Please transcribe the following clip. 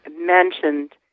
mentioned